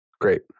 Great